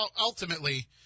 ultimately